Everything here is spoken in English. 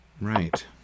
right